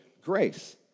grace